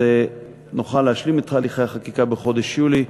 נוכל להשלים את הליכי החקיקה בחודש יולי,